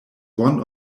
one